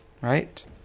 Right